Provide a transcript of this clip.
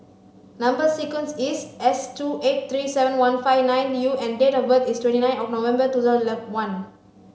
number sequence is S two eight three seven one five nine U and date of birth is twenty nine of November two thousand and one